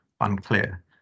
unclear